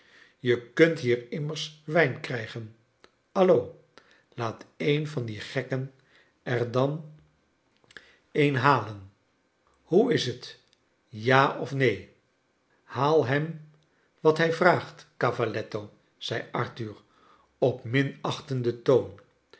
je kunt hier imrners wijn krijgen alio laat een van die srekken er dan een halen hoe is t ja of neen haal hem wat hij vraagt caval letto zei arthur op minachtenden toon